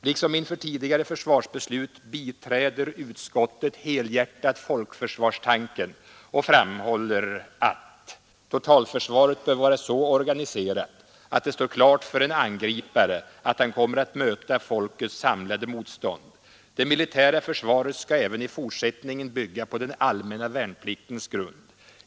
Liksom inför tidigare försvarsbeslut biträder utskottet helhjärtat folkförsvarstanken och framhåller att ”totalförsvaret bör vara så organiserat att det står klart för en angripare att han kommer att möta folkets samlade motstånd. Det militära försvaret skall även i fortsättningen bygga på den allmänna värnpliktens grund.